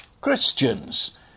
Christians